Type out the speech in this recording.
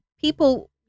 people